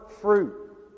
fruit